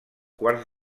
quarts